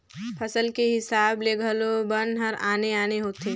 फसल के हिसाब ले घलो बन हर आने आने होथे